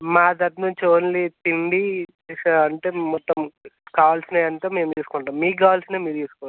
మా తరఫు నుంచి ఓన్లీ తిండి ప్లస్ అంటే మొత్తం కావలసినవి అంతా మేము చూసుకుంటాం మీకు కావాల్సినవి మీరు తీసుకోవాలి